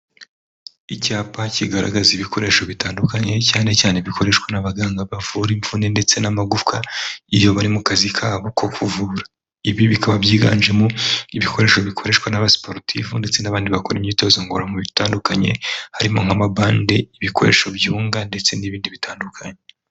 Icyapa kigaragaza ibikoresho bitandukanye cyane cyane bikoreshwa n'abaganga bavura imvune ndetse n'amagufwa iyo bari mu kazi kabo ko kuvura. Ibi bikaba byiganjemo ibikoresho bikoreshwa n'abasiporutifu ndetse n'abandi bakora imyitozo ngororamubiri itandukanye harimo nk'amabande, ibikoresho byunga ndetse n'ibindi bitandukanye.